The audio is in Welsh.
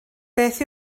beth